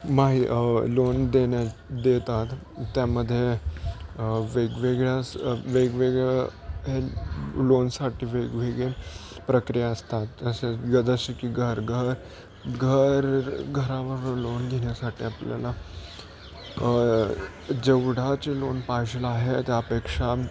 माही loan देणे देतात त्यामध्ये वेगवेगळ्या स् वेगवेगळं हे लोनसाठी वेगवेगळे प्रक्रिया असतात तसेच जसे की घर घर घर घरावरून लोन घेण्यासाठी आपल्याला जेवढाचे लोन पाहिजेल आहे त्यापेक्षा